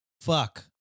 fuck